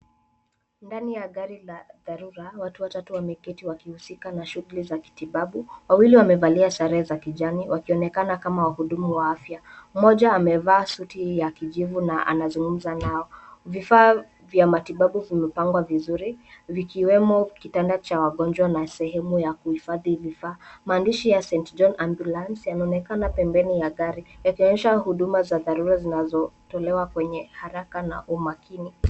Ndani ya gari la dharura, watu watatu wameketi wakihusika na shughuli za kitibabu. Wawili wamevalia sare za kijani wakionekana kama wahudumu wa afya. Mmoja amevaa suti ya kijivu na anazungumuza nao. Vifaa vya matibabu vimepangwa vizuri, vikiwemo kitanda cha wagonjwa na sehemu ya kuhifadhi vifaa. Maandishi ya St.John ambulance yanaonekana pembeni ya gari, yakionyesha huduma za dharura zinazotolewa kwenye haraka na umakini.